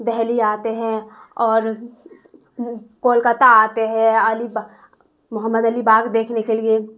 دہلی آتے ہیں اور کولکاتہ آتے ہیں علی محمد علی باغ دیکھنے کے لیے